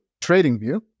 TradingView